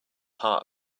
part